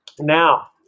Now